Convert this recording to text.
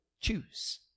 choose